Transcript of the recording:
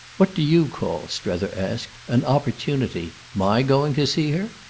what do you call, strether asked, an opportunity? my going to see her?